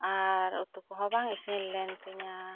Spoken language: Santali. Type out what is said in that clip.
ᱟᱨ ᱩᱛᱩ ᱠᱚᱦᱚᱸ ᱵᱟᱝ ᱤᱥᱤᱱ ᱞᱮᱱ ᱛᱤᱧᱟ